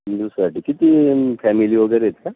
तीन दिवसासाठी किती फॅमिली वगैरे आहेत का